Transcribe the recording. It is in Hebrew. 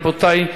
רבותי,